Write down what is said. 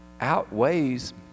outweighs